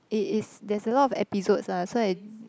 it is there is a lot of episodes ah so I